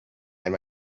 and